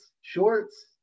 shorts